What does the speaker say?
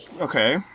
Okay